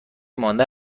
مانده